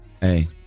Hey